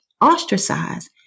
ostracized